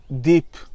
deep